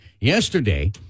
yesterday